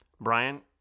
Brian